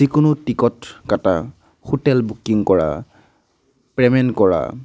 যিকোনো টিকেট কটা hotel booking কৰা পে'মেণ্ট ক'ৰা